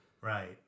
Right